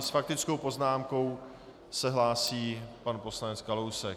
S faktickou poznámkou se hlásí pan poslanec Kalousek.